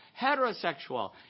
heterosexual